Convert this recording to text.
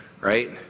right